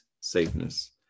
safeness